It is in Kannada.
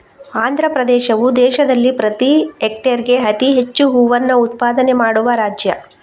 ಆಂಧ್ರಪ್ರದೇಶವು ದೇಶದಲ್ಲಿ ಪ್ರತಿ ಹೆಕ್ಟೇರ್ಗೆ ಅತಿ ಹೆಚ್ಚು ಹೂವನ್ನ ಉತ್ಪಾದನೆ ಮಾಡುವ ರಾಜ್ಯ